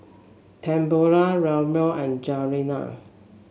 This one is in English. Tamala Lemuel and Juliana